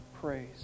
praise